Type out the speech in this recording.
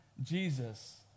jesus